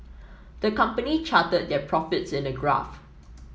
the company charted their profits in a graph